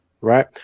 Right